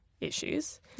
issues